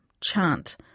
chant